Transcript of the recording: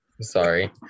sorry